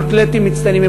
הם אתלטים מצטיינים,